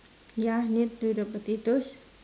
ya near to the potatoes